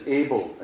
able